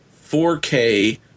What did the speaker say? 4K